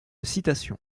citations